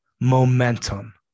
momentum